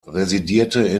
residierte